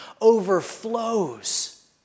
overflows